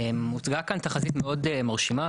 הוצגה כאן תחזית מאוד מרשימה,